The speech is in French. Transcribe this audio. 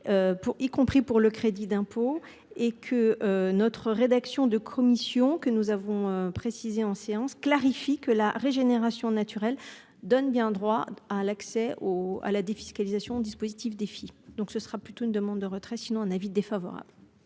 y compris pour le crédit d'impôt et que notre rédaction de commission que nous avons précisé en séance clarifie que la régénération naturelle donne bien droit. Ah l'accès au à la défiscalisation dispositif défi donc ce sera plutôt une demande de retrait sinon un avis défavorable.